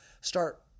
start